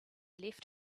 left